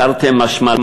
תרתי משמע,